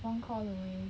one call away